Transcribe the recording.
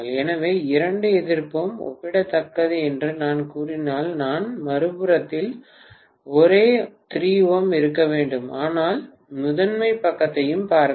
எனவே இரண்டு எதிர்ப்பும் ஒப்பிடத்தக்கது என்று நான் கூறினால் நான் மறுபுறத்தில் ஒரே 3 ῼ இருக்க வேண்டும் ஆனால் முதன்மை பக்கத்தைப் பார்க்கவும்